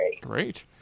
great